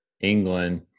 england